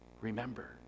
remember